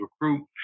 recruit